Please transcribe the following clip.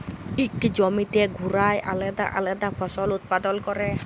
ইক জমিতে ঘুরায় আলেদা আলেদা ফসল উৎপাদল ক্যরা